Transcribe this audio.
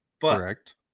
Correct